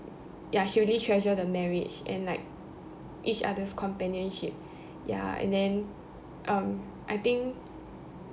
ya she really treasure the marriage and like each other's companionship ya and then um I think